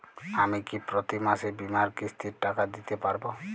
আমি কি প্রতি মাসে বীমার কিস্তির টাকা দিতে পারবো?